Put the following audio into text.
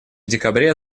декабре